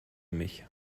mich